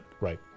Right